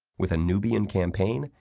with a nubian campaign,